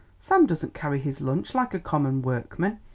sam doesn't carry his lunch like a common workman.